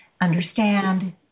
understand